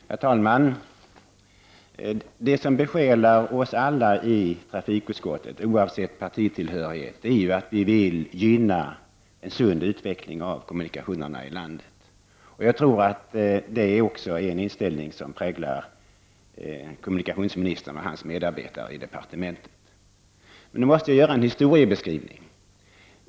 Herr talman! Det som besjälar oss alla i trafikutskottet, oavsett partitillhörighet, är att vi vill gynna en sund utveckling av kommunikationerna i landet. Jag tror att det är en inställning som även präglar kommunikationsministern och hans medarbetare i departementet. Jag måste göra en historieskrivning.